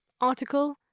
article